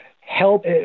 help